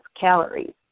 calories